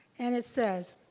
and it says,